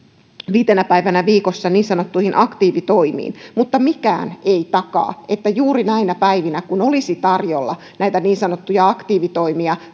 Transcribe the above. viitenä päivänä viikossa niin sanottuihin aktiivitoimiin mutta mikään ei takaa että juuri näinä päivinä kun olisi tarjolla näitä niin sanottuja aktiivitoimia